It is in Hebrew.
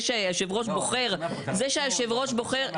שיושב הראש בוחר, זה שיושב הראש בוחר.